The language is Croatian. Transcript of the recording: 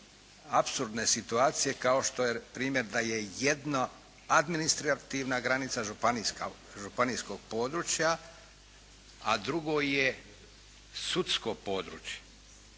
apsurdne situacije kao što je primjer da je jedna administrativna granica županijska, županijskog područja a drugo je sudsko područje